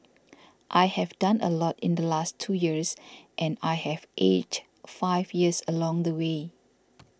I have done a lot in the last two years and I have aged five years along the way